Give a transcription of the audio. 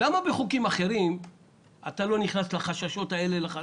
למה בחוקים אחרים אתה לא נכנס לחששות האלה?